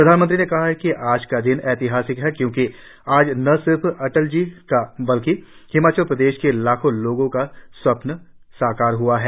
प्रधानमंत्री ने कहा कि आज का दिन ऐतिहासिक है क्योंकि आज न सिर्फ अटल जी का बल्कि हिमाचल प्रदेश के लाखों लोगों का स्वप्न भी साकार हआ है